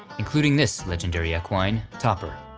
including this legendary equine, topper.